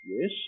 Yes